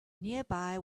nearby